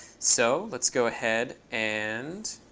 so let's go ahead. and